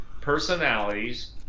personalities